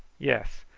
yes.